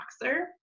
Boxer